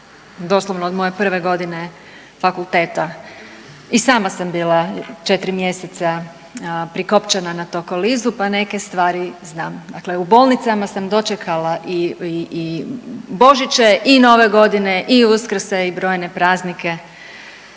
doslovno od moje prve godine fakulteta. I sama sam bila prikopčana na tokolizu pa neke stvari znam. Dakle u bolnicama sam dočekala i Božiće, i Nove godine, i Uskrse i brojne praznike.